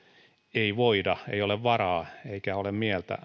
ei voida ei ole varaa eikä ole mieltä